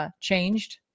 changed